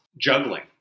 juggling